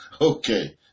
okay